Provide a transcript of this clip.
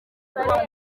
kuba